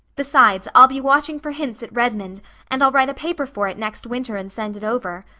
besides, i'll be watching for hints at redmond and i'll write a paper for it next winter and send it over.